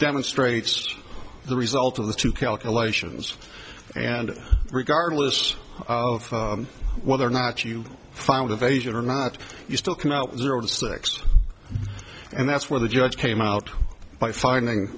demonstrates the result of the two calculations and regardless of whether or not you find evasion or not you still come out with your old sticks and that's where the judge came out by finding